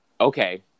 Okay